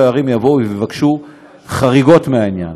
הערים יבואו אליה ויבקשו חריגות מהעניין.